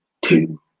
two